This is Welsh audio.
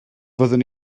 fyddwn